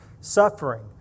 suffering